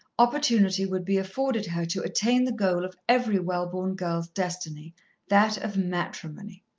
opportunity would be afforded her to attain the goal of every well-born girl's destiny that of matrimony.